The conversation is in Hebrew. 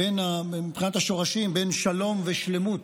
מבחינת השורשים, בין שלום ושלמות,